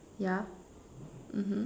yeah mmhmm